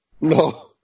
No